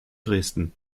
dresden